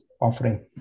offering